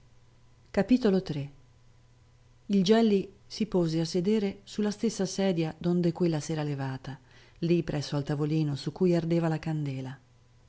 io il gelli si pose a sedere su la stessa sedia donde quella s'era levata lì presso al tavolino su cui ardeva la candela